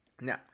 Now